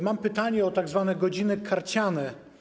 Mam pytanie o tzw. godziny karciane.